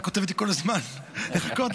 תקרא לי --- אילנה כותבת לי כל הזמן: לחכות,